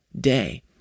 day